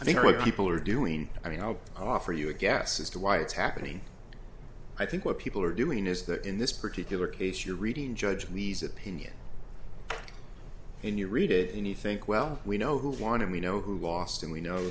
i think what people are doing i mean i'll offer you a guess as to why it's happening i think what people are doing is that in this particular case you're reading judge lisa pena when you read it and he think well we know who won and we know who lost and we know